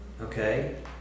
Okay